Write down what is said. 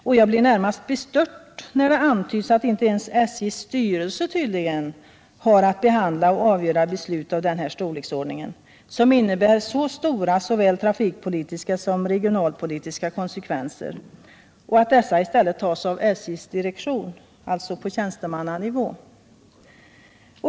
Och jag blir närmast bestört när det antyds att inte ens SJ:s styrelse tydligen har att behandla och avgöra beslut av denna storleksordning, som får så stora såväl trafikpolitiska som regionalpolitiska konsekvenser, utan att besluten i stället fattas av SJ:s direktion — alltså på tjänstemannanivå.